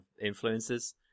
influences